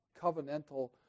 covenantal